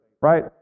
right